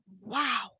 Wow